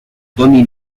tony